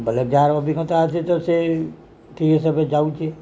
ବଲେ ଯାହାର ଅଭିଜ୍ଞତା ଅଛି ତ ସେ ଠିକ୍ ହିସାବରେ ଯାଉଛି